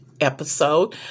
episode